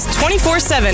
24-7